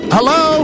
Hello